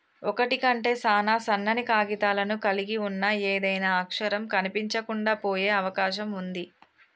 ఒకటి కంటే సాన సన్నని కాగితాలను కలిగి ఉన్న ఏదైనా అక్షరం కనిపించకుండా పోయే అవకాశం ఉంది